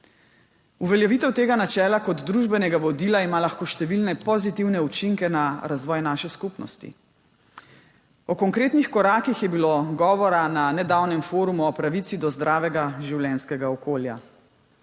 Uveljavitev tega načela kot družbenega vodila ima lahko številne pozitivne učinke na razvoj naše skupnosti. O konkretnih korakih je bilo govora na nedavnem forumu o pravici do zdravega življenjskega okolja.